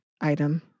item